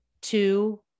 two